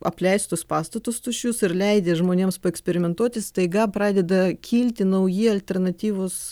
apleistus pastatus tuščius ir leidi žmonėms paeksperimentuoti staiga pradeda kilti nauji alternatyvūs